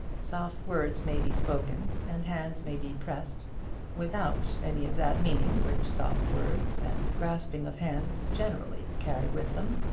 soft words may be spoken and hands may be pressed without any of that meaning which soft words and the grasping of hands generally carry with them.